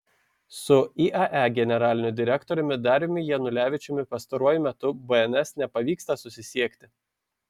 su iae generaliniu direktoriumi dariumi janulevičiumi pastaruoju metu bns nepavyksta susisiekti